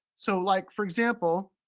so like, for example,